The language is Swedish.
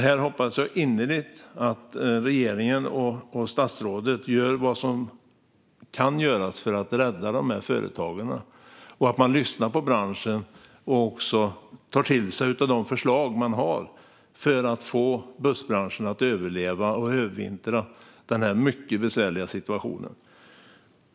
Här hoppas jag innerligt att regeringen och statsrådet gör vad som kan göras för att rädda företagen, att man lyssnar på branschen och att man också tar till sig av de förslag som finns för att få bussbranschen att övervintra och överleva denna mycket besvärliga situation.